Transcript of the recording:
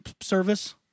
service